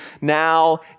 now